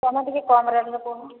ତୁମେ ଟିକେ କମ୍ ରେଟ୍ରେ କୁହ